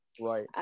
right